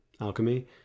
Alchemy